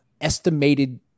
estimated